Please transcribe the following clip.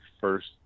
first